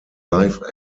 live